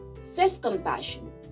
Self-compassion